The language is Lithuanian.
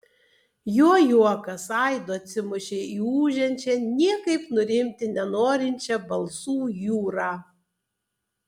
jo juokas aidu atsimušė į ūžiančią niekaip nurimti nenorinčią balsų jūrą